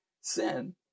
sin